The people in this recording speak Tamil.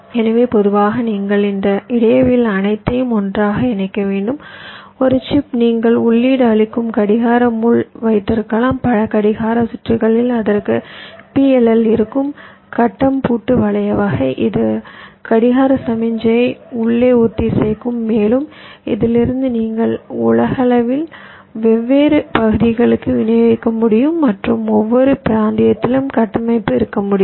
எனவே பொதுவாக நீங்கள் இந்த இடவியல் அனைத்தையும் ஒன்றாக இணைக்க முடியும் இது ஒரு சிப் நீங்கள் உள்ளீடு அளிக்கும் கடிகார முள் வைத்திருக்கலாம் பல கடிகார சுற்றுகளில் அதற்குள் PLL இருக்கும் கட்டம் பூட்டு வளைய வகை இது கடிகார சமிக்ஞையை உள்ளே ஒத்திசைக்கும் மேலும் இதிலிருந்து நீங்கள் உலகளவில் வெவ்வேறு பகுதிகளுக்கு விநியோகிக்க முடியும் மற்றும் ஒவ்வொரு பிராந்தியத்திலும் கட்டமைப்பு இருக்க முடியும்